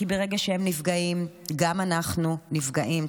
כי ברגע שהם נפגעים גם אנחנו נפגעים,